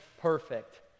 perfect